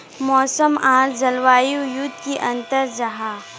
मौसम आर जलवायु युत की अंतर जाहा?